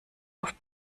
auf